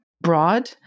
broad